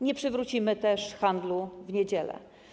Nie przywrócimy też handlu w niedziele.